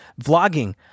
vlogging